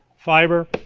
fiber.